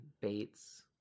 Bates